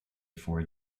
before